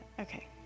Okay